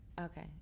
Okay